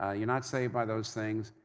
ah you're not saved by those things.